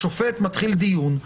השופט מתחיל דיון,